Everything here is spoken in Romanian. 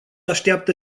așteaptă